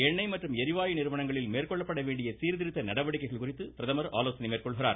எண்ணெய் மற்றும் ளிவாயு நிறுவனங்களில் மேற்கொள்ளப்பட வேண்டிய சீர்திருத்த நடவடிக்கைகள் குறித்து பிரதமர் ஆலோசனை மேற்கொள்கிறார்